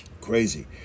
crazy